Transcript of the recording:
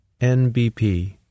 NBP